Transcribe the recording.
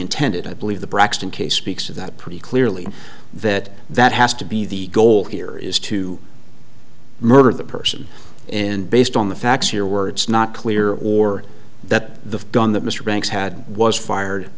intended i believe the braxton case speaks of that pretty clearly that that has to be the goal here is to murder the person and based on the facts here were it's not clear or that the gun that mr franks had was fired